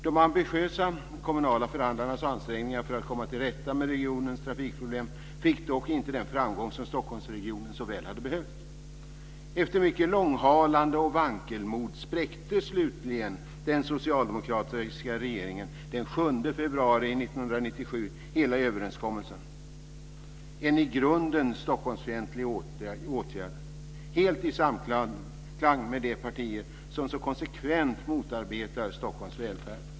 De ambitiösa kommunala förhandlarnas ansträngningar för att komma till rätta med regionens trafikproblem fick dock inte den framgång som Stockholmsregionen så väl hade behövt. Efter mycket långhalande och vankelmod spräckte slutligen den socialdemokratiska regeringen den 7 februari 1997 hela överenskommelsen, en i grunden Stockholmsfientlig åtgärd helt i samklang med de partier som så konsekvent motarbetar Stockholms välfärd.